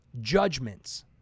judgments